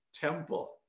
temple